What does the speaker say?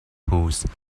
whose